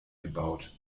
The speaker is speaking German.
gebaut